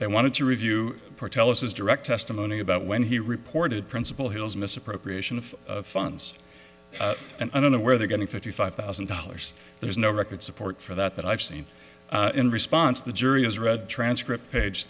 they wanted to review or tell us his direct testimony about when he reported principal hill's misappropriation of funds and i don't know where they're getting fifty five thousand dollars there's no record support for that that i've seen in response the jury has read transcript page